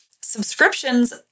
Subscriptions